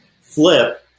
flip